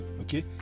Okay